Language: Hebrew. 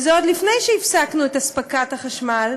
וזה עוד לפני שהפסקנו את אספקת החשמל,